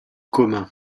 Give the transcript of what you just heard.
commun